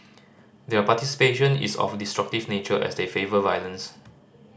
their participation is of destructive nature as they favour violence